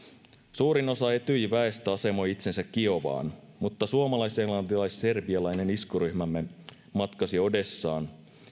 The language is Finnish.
suurin osa etyjin väestä asemoi itsensä kiovaan mutta suomalais englantilais serbialainen iskuryhmämme matkasi odessaan